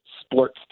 sports